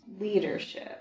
leadership